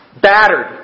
battered